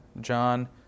John